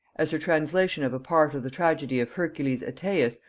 as her translation of a part of the tragedy of hercules oetaeus,